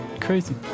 Crazy